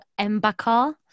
Embakar